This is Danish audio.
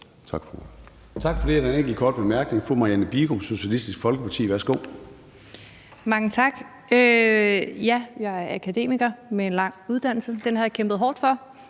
Tak for det.